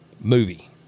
movie